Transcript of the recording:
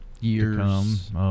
years